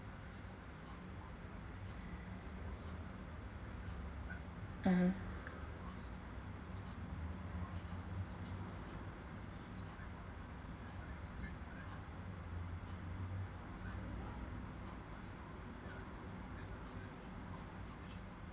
mmhmm